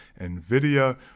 NVIDIA